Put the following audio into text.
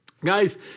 Guys